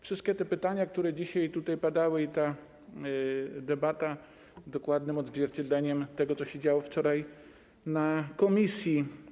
Wszystkie pytania, które dzisiaj padły, i ta debata są dokładnym odzwierciedleniem tego, co się działo wczoraj w komisji.